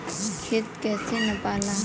खेत कैसे नपाला?